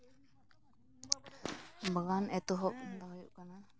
ᱵᱟᱜᱟᱱ ᱮᱛᱚᱦᱚᱵ ᱫᱚ ᱦᱩᱭᱩᱜ ᱠᱟᱱᱟ